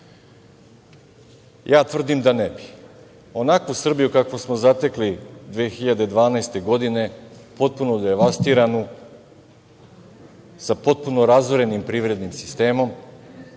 Tvrdim da ne bi. Onakvu Srbiju kakvu smo zatekli 2012. godine, potpuno devastiranu, sa potpuno razorenim privrednim sistemom